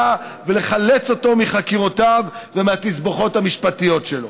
ולחלץ אותו מחקירותיו ומהתסבוכות המשפטיות שלו.